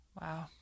Wow